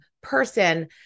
person